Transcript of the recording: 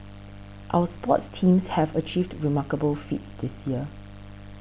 our sports teams have achieved remarkable feats this year